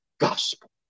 gospel